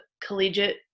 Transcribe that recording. collegiate